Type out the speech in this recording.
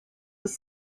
with